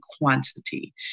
quantity